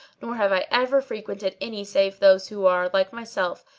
nor have i ever frequented any save those who are, like myself,